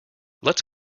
let’s